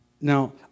now